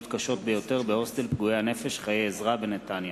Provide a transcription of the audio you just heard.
קשות ביותר בהוסטל פגועי הנפש "חיי עזרא" בנתניה,